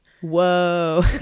whoa